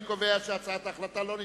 אני קובע שהצעת ההחלטה לא נתקבלה.